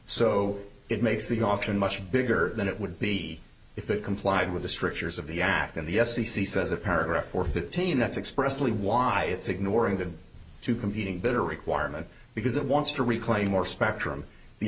so it makes the auction much bigger than it would be if it complied with the strictures of the act and the f c c says a paragraph or fifteen that's expressly why it's ignoring the two competing better requirement because it wants to reclaim more spectrum the